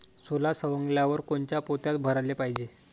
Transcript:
सोला सवंगल्यावर कोनच्या पोत्यात भराले पायजे?